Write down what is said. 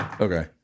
Okay